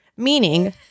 Meaning